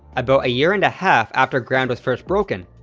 about a year and a half after ground was first broken,